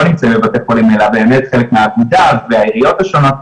נמצאים בבתי חולים אלא באמת חלק מהאגודה והעיריות השונות,